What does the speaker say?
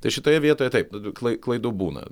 tai šitoje vietoje taip klai klaidų būna